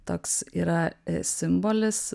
toks yra simbolis